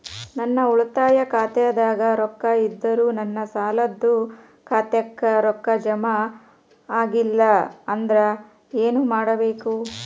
ನನ್ನ ಉಳಿತಾಯ ಖಾತಾದಾಗ ರೊಕ್ಕ ಇದ್ದರೂ ನನ್ನ ಸಾಲದು ಖಾತೆಕ್ಕ ರೊಕ್ಕ ಜಮ ಆಗ್ಲಿಲ್ಲ ಅಂದ್ರ ಏನು ಮಾಡಬೇಕು?